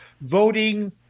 voting